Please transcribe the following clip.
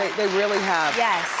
they really have. yes,